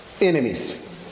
enemies